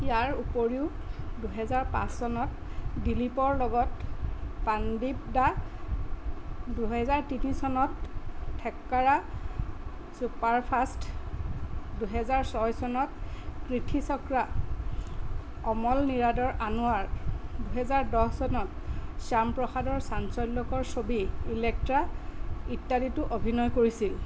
ইয়াৰ উপৰিও দুহেজাৰ পাঁচ চনত দিলীপৰ লগত পাণ্ডিপদা দুহেজাৰ তিনি চনত থেক্কেকাৰা ছুপাৰফাষ্ট দুহেজাৰ ছয় চনত কিৰ্থিচক্ৰা অমল নীৰাদৰ আনোৱাৰ দুহেজাৰ দহ চনত শ্যামপ্ৰসাদৰ চাঞ্চল্যকৰ ছবি ইলেক্ট্ৰা ইত্যাদিতো অভিনয় কৰিছিল